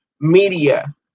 media